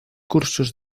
cursos